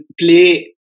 play